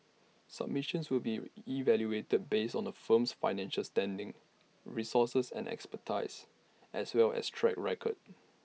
submissions will be evaluated based on A firm's financial standing resources and expertise as well as track record